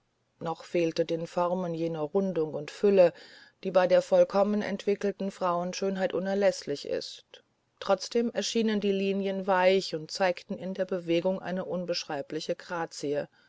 noch fehlte den formen jene rundung und fülle die bei der vollkommen entwickelten frauenschönheit unerläßlich ist trotzdem erschienen die linien weich und zeigten in der bewegung eine unbeschreibliche grazie